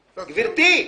פרקטי.